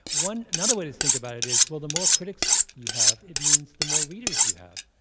one another way to think about it is, well, the more critics you have, it means the more readers you have.